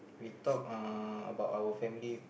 we talk uh about our family